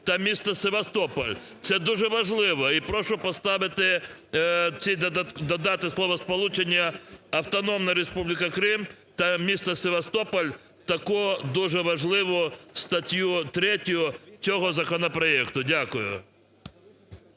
та місто Севастополь. Це дуже важливо, і прошу поставити ці… додати словосполучення "Автономна Республіка Крим та місто Севастополь" в таку дуже важливу статтю 3-ю цього законопроекту. Дякую.